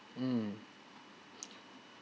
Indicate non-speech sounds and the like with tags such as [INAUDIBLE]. mm [NOISE]